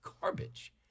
garbage